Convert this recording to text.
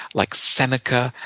like seneca,